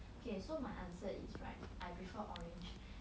okay so my answer is right I prefer orange